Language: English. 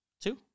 Two